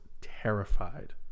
terrified